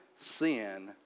sin